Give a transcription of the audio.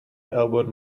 elbowed